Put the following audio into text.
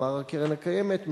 אמרה הקרן הקיימת,